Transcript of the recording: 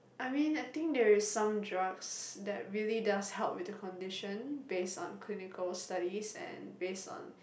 I mean I think there is some drugs that really does help with the condition based on clinical studies and based on